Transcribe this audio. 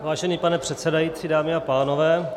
Vážený pane předsedající, dámy a pánové.